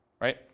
right